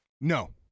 No